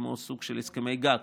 כמו סוג של הסכמי גג,